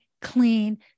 clean